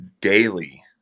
daily